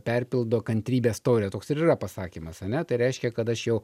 perpildo kantrybės taurę toks ir yra pasakymas ar ne tai reiškia kad aš jau